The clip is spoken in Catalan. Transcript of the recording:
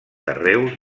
carreus